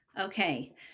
Okay